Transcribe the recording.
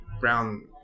Brown